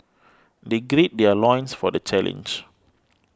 they gird their loins for the challenge